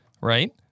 Right